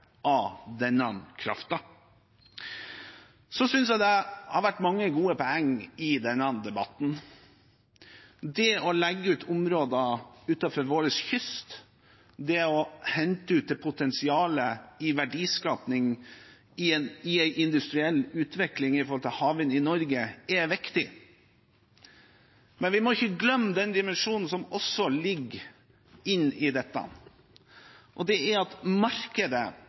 av denne kraften. Jeg synes det har vært mange gode poeng i denne debatten. Det å legge ut områder utenfor vår kyst og hente ut det potensialet i verdiskaping i en industriell utvikling med hensyn til havvind i Norge, er viktig. Men vi må ikke glemme den dimensjonen som også ligger inne i dette, at markedet